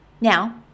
Now